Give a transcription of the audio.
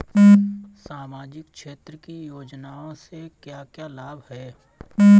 सामाजिक क्षेत्र की योजनाएं से क्या क्या लाभ है?